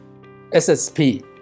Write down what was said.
SSP